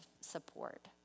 support